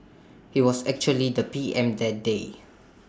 he was actually the P M that day